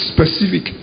Specific